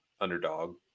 underdog